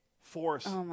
force